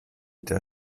der